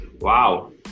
Wow